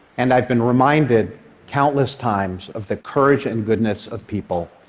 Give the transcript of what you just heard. and i've been reminded countless times of the courage and goodness of people,